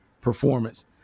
performance